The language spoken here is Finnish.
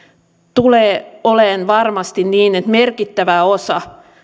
tulee olemaan varmasti niin että merkittävä osa